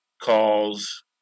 calls